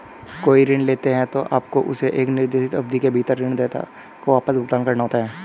कोई ऋण लेते हैं, तो आपको उसे एक निर्दिष्ट अवधि के भीतर ऋणदाता को वापस भुगतान करना होता है